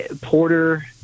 Porter